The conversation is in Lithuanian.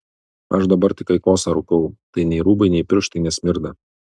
aš dabar tik aikosą rūkau tai nei rūbai nei pirštai nesmirda